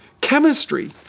chemistry